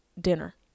dinner